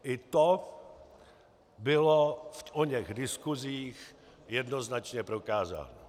I to bylo v oněch diskusích jednoznačně prokázáno.